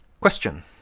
Question